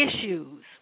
issues